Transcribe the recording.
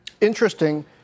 Interesting